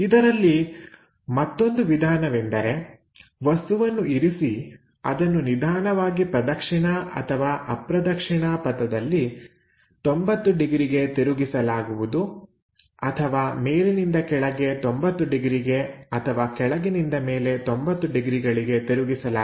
ಇದರಲ್ಲಿ ಮತ್ತೊಂದು ವಿಧಾನವೆಂದರೆ ವಸ್ತುವನ್ನು ಇರಿಸಿ ಅದನ್ನು ನಿಧಾನವಾಗಿ ಪ್ರದಕ್ಷಿಣಾ ಅಥವಾ ಅಪ್ರದಕ್ಷಿಣಾ ಪಥದಲ್ಲಿ 90 ಡಿಗ್ರಿಗೆ ತಿರುಗಿಸಲಾಗುವುದು ಅಥವಾ ಮೇಲಿನಿಂದ ಕೆಳಗೆ 90 ಡಿಗ್ರಿಗೆ ಅಥವಾ ಕೆಳಗಿನಿಂದ ಮೇಲೆ 90 ಡಿಗ್ರಿಗಳಿಗೆ ತಿರುಗಿಸಲಾಗುವುದು